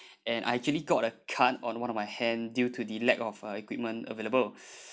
and I actually got a cut on one of my hand due to the lack of uh equipment available